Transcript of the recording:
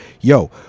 Yo